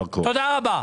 תודה רבה.